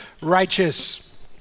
Righteous